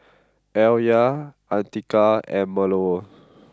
Alya Andika and Melur